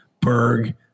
Berg